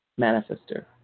manifester